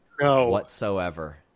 whatsoever